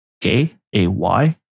K-A-Y